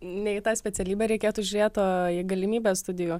ne į tą specialybę reikėtų žiūrėt o į galimybę studijuot